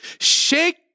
Shake